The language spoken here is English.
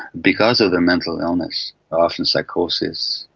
because of their mental illness, often psychosis,